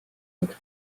oleks